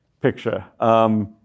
picture